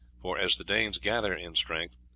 for, as the danes gather in strength,